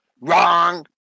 Wrong